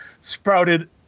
sprouted